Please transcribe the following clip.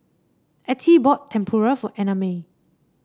Ettie bought Tempura for Annamae